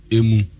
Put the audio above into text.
Emu